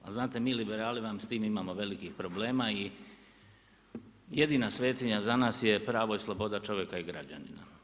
A znate, mi liberali vam s tim imamo velikih problema i jedina svetinja za nas je pravo i sloboda čovjeka i građanina.